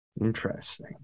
Interesting